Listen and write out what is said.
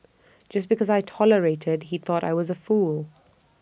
just because I tolerated he thought I was A fool